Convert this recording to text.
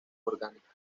orgánicas